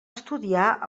estudiar